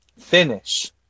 finish